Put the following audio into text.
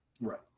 Right